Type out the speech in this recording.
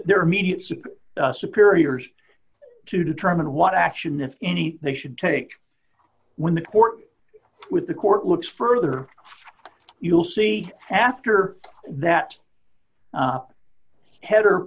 their immediate support superiors to determine what action if any they should take when the court with the court looks further you'll see after that header